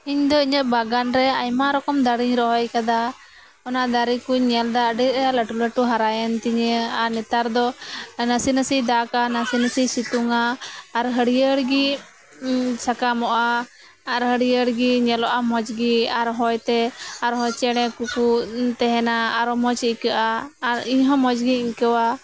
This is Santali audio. ᱤᱧ ᱫᱚ ᱤᱧᱟᱹᱜ ᱵᱟᱜᱟᱱ ᱨᱮ ᱟᱭᱢᱟ ᱨᱚᱠᱚᱢ ᱫᱟᱨᱮᱧ ᱨᱚᱦᱚᱭ ᱟᱠᱟᱫᱟ ᱚᱱᱟ ᱫᱟᱨᱮ ᱠᱚᱧ ᱧᱮᱞ ᱮᱫᱟ ᱟᱹᱰᱤ ᱟᱸᱴ ᱞᱟᱹᱴᱩ ᱞᱟᱹᱴᱩ ᱦᱟᱨᱟᱭᱮᱱ ᱛᱤᱧᱟᱹ ᱟᱨ ᱱᱮᱛᱟᱨ ᱫᱚ ᱱᱟᱥᱮ ᱱᱟᱥᱮ ᱫᱟᱜᱟ ᱱᱟᱥᱮ ᱱᱟᱥᱮᱭ ᱥᱤᱛᱩᱝ ᱟ ᱟᱨ ᱦᱟᱹᱲᱭᱟᱹᱨ ᱜᱮ ᱥᱟᱠᱟᱢᱚᱜᱼᱟ ᱟᱨ ᱦᱟᱹᱲᱭᱟᱹᱨ ᱜᱮ ᱧᱮᱞᱚᱜᱼᱟ ᱢᱚᱸᱡᱽ ᱜᱮ ᱟᱨ ᱦᱚᱭᱛᱮ ᱟᱨ ᱦᱚᱸ ᱪᱮᱬᱮᱸ ᱠᱚᱠᱚ ᱛᱟᱦᱮᱸᱱᱟ ᱟᱨ ᱢᱚᱸᱡᱽ ᱤᱠᱟᱹᱜᱼᱟ ᱟᱨ ᱤᱧ ᱦᱚᱸ ᱢᱚᱸᱡᱽ ᱜᱮᱧ ᱟᱹᱭᱠᱟᱹᱣᱟ